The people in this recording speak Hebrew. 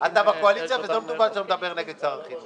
מהכלא ניתן לכם אישורי כניסה.